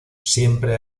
siempre